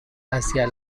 hacia